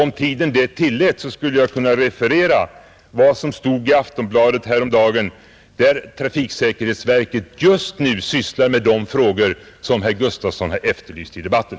Om tiden det tillät skulle jag kunna referera vad som stod i Aftonbladet häromdagen; trafiksäkerhetsverket sysslar just nu med de frågor som herr Gustafson efterlyste i debatten.